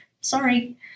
Sorry